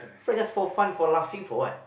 friend just for fun for laughing for what